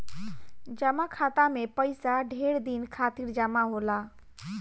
जमा खाता मे पइसा ढेर दिन खातिर जमा होला